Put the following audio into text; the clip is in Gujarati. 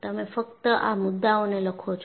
તમે ફક્ત આ મુદ્દાઓને લખો છો